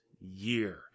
year